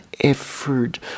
effort